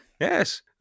Yes